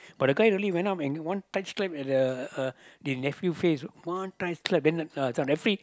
but the guy only went and one tight slap at the uh the nephew face one tight slap and then the this one referee